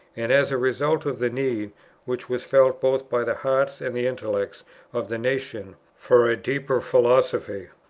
and as a result of the need which was felt both by the hearts and the intellects of the nation for a deeper philosophy,